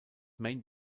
main